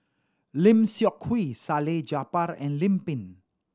Lim Seok Hui Salleh Japar and Lim Pin